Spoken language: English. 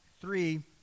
three